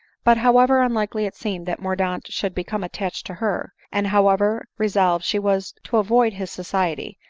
but however unlikely it seemed that mordaunt should become, attached to her, and however resolved she was to avoid his society,